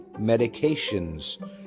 medications